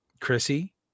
Chrissy